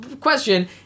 question